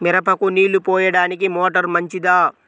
మిరపకు నీళ్ళు పోయడానికి మోటారు మంచిదా?